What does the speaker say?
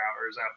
hours